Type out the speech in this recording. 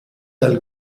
dal